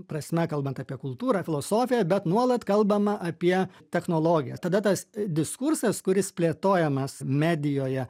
prasme kalbant apie kultūrą filosofiją bet nuolat kalbama apie technologijas tada tas diskursas kuris plėtojamas medijoje